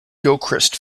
gilchrist